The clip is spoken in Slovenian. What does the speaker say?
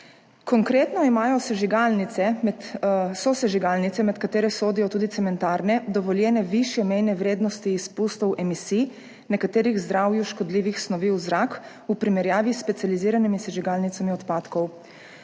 Konkretno imajo sosežigalnice, med katere sodijo tudi cementarne, dovoljene višje mejne vrednosti izpustov emisij nekaterih zdravju škodljivih snovi v zrak v primerjavi s specializiranimi sežigalnicami odpadkov.